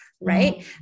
right